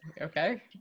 okay